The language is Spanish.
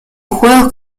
juegos